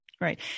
Right